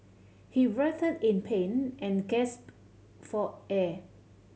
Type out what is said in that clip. he writhed in pain and gasped for air